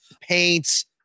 Paints